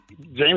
James